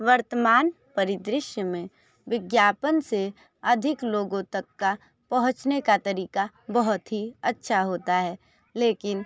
वर्तमान परिदृश्य में विज्ञापन से अधिक लोगों तक का पहुंचने का तरीका बहुत ही अच्छा होता है लेकिन